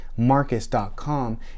marcus.com